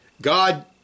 God